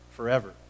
Forever